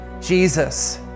Jesus